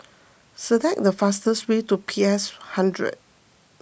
select the fastest way to P S hundred